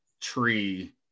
tree